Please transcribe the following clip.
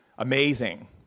Amazing